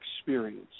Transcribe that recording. experience